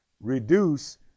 reduce